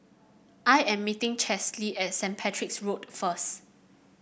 I am meeting Chesley at Saint Patrick's Road first